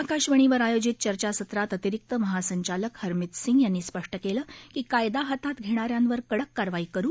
आकाशवाणीवर आयोजित चर्चासत्रात अतिरिक्त महासंचालक हरमीत सिंग यांनी स्पष्ट केलं की कायदा हातात घेणाऱ्यांवर कडक कारवाई करू